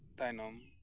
ᱛᱟᱭᱱᱚᱢ